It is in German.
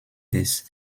des